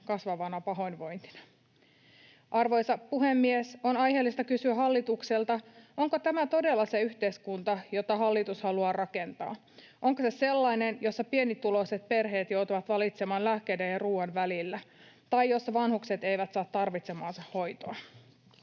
kasvavana pahoinvointina. Arvoisa puhemies! On aiheellista kysyä hallitukselta: Onko tämä todella se yhteiskunta, jota hallitus haluaa rakentaa? Onko se sellainen, jossa pienituloiset perheet joutuvat valitsemaan lääkkeiden ja ruoan välillä tai jossa vanhukset eivät saa tarvitsemaansa hoitoa?